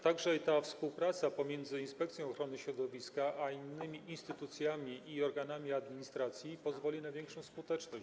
Także współpraca pomiędzy Inspekcją Ochrony Środowiska i innymi instytucjami i organami administracji pozwoli na większą skuteczność.